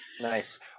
Nice